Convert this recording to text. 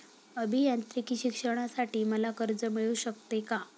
अभियांत्रिकी शिक्षणासाठी मला कर्ज मिळू शकते का?